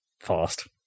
fast